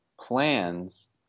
plans